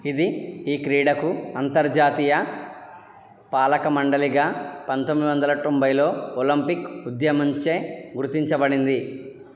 ఇది ఈ క్రీడకు అంతర్జాతీయ పాలకమండలిగా పంతొమ్మిది వందల తొంభైలో ఒలింపిక్ ఉద్యమంచే గుర్తించబడింది